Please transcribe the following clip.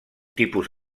tipus